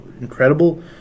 incredible